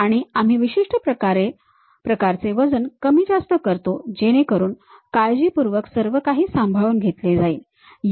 आणि आम्ही विशिष्ट प्रकारचे वजन कमीजास्त करतो जेणेकरुन काळजीपूर्वक सर्वकाही सांभाळून घेतले जाईल